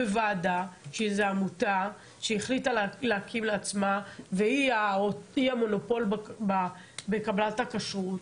בוועדה שזה עמותה שהחליטה להקים לעצמה והיא המונופול בקבלת הכשרות,